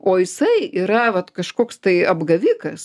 o jisai yra vat kažkoks tai apgavikas